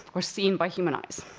or seen by human eyes.